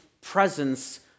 presence